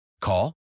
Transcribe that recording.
Call